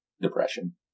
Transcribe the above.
depression